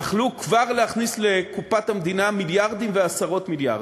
יכלו כבר להכניס לקופת המדינה מיליארדים ועשרות מיליארדים.